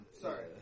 Sorry